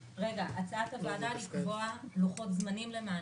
הצעת הוועדה היא לקבוע לוחות זמנים למענה?